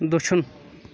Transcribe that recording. دٔچھُن